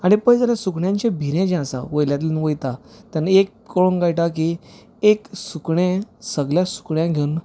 आनी पळयत जाल्या सुकण्यांचे भिरें जें आसा वयल्यांतल्यान वयता तेन्ना एक कळुन कळटा की एक सुकणें सगल्या सुकण्यांक घेवन